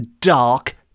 dark